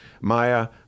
Maya